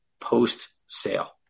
post-sale